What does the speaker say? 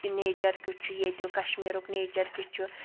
nature کیُتھ چھُ ییٚتیُک کشمیٖرُک نیچر کیُتھ چھُ